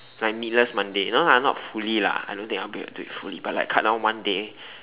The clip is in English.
like meatless Monday no lah not fully lah I don't think I will be able to do it fully but like cut down one day